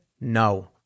no